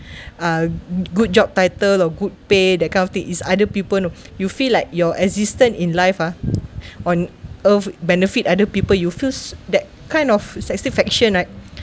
uh good job title or good pay that kind of thing is other people you know you feel like your existence in life ah on earth benefit other people you feels that kind of satisfaction right